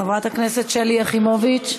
חברת הכנסת שלי יחימוביץ,